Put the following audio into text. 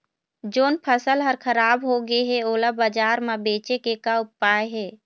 जोन फसल हर खराब हो गे हे, ओला बाजार म बेचे के का ऊपाय हे?